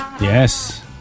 Yes